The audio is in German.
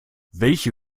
welche